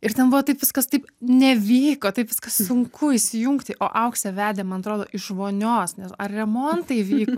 ir ten buvo taip viskas taip nevyko taip viskas sunku įsijungti o auksė vedė man atrodo iš vonios nes ar remontai vyko